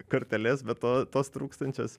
korteles be to tos trūkstančios